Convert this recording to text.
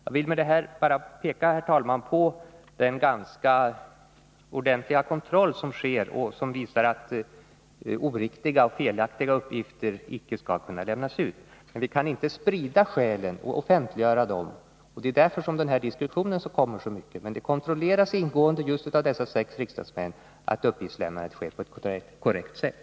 Jag vill med detta bara peka på den ganska starka kontroll som finns för att oriktiga och felaktiga uppgifter inte skall kunna lämnas ut. Vi kan emellertid inte offentliggöra skälen, och det är därför sådana här diskussioner så ofta uppkommer. De sex riksdagsmännen kontrollerar alltså ingående att uppgiftslämnandet sker på ett korrekt sätt.